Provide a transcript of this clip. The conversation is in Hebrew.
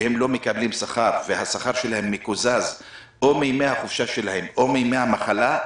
לא מקבלים שכר והשכר שלהם מקוזז או מימי החופשה שלהם או מימי המחלה,